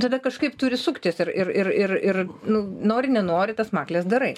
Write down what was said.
tada kažkaip turi suktis ir ir ir ir ir nu nori nenori tas makles darai